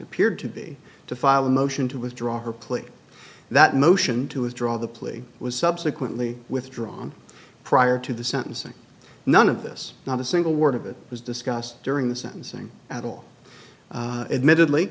appeared to be to file a motion to withdraw her plea that motion to withdraw the plea was subsequently withdrawn prior to the sentencing none of this not a single word of it was discussed during the sentencing at all admitted